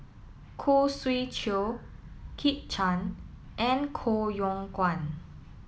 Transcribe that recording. Khoo Swee Chiow Kit Chan and Koh Yong Guan